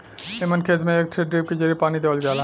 एमन खेत में एक ठे ड्रिप के जरिये पानी देवल जाला